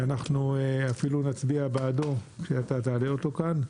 ואנחנו אפילו נצביע בעדו כשאתה תעלה אותו כאן.